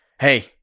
hey